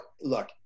Look